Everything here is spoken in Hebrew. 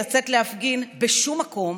לצאת להפגין בשום מקום,